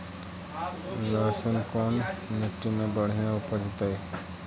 लहसुन कोन मट्टी मे बढ़िया उपजतै?